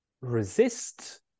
resist